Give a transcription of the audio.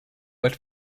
but